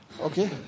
Okay